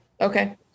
Okay